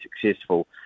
successful